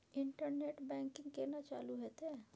Internet banking केना चालू हेते?